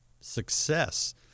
success